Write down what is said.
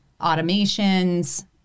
automations